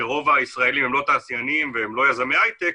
שרוב הישראלים הם לא תעשיינים והם לא יזמי הייטק,